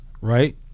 right